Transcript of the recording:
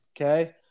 Okay